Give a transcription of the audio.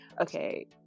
okay